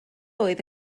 oedd